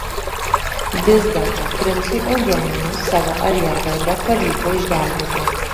vis dėlto princui eugenijui savo ariergardą pavyko išgelbėti